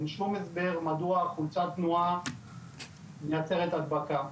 אין שום הסבר מדוע חולצת תנועה מייצרת הדבקה.